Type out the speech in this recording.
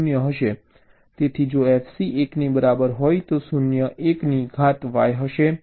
તેથી જો FC 1 ની બરાબર હોય તો તે 0 1ની ઘાત y હશે